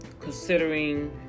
considering